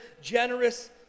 generous